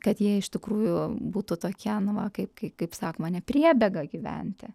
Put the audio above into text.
kad jie iš tikrųjų būtų tokie nu va kaip kai kaip sakoma ne priebėga gyventi